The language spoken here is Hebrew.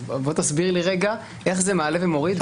תסביר לי איך זה מעלה ומוריד.